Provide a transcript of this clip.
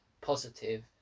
positive